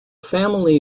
family